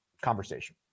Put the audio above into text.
conversation